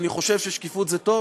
אני חושב ששקיפות זה טוב.